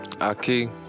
Aki